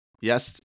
Yes